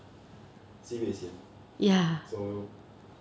sibeh sian so